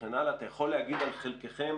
אתה יכול להגיד על חלקכם,